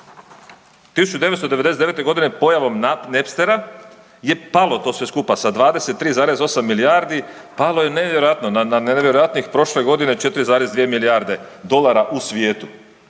1999. g. pojavom Napstera je palo to sve skupa sa 23,8 milijardi, palo je nevjerojatno, na nevjerojatnih, prošle godine, 4,2 milijarde dolara u svijetu.